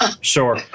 sure